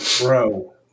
Bro